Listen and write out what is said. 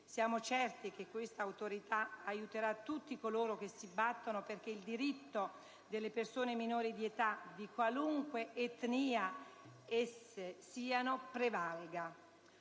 Siamo certi che questa Autorità aiuterà tutti coloro che si battono perché il diritto delle persone minori di età, di qualunque etnia esse siano, prevalga.